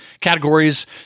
categories